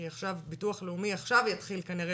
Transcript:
כי ביטוח לאומי יתחיל עכשיו כנראה